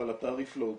אבל התעריף לא הותאם.